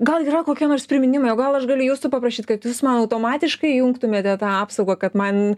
gal yra kokie nors priminimai o gal aš galiu jūsų paprašyt kad jūs man automatiškai įjungtumėte tą apsaugą kad man